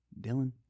dylan